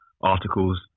articles